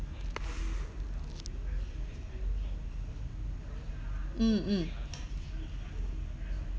mm mm